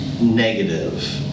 negative